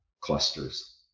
clusters